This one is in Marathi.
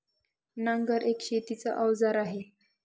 नांगर एक शेतीच अवजार आहे